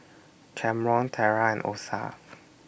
Camron Terra and Osa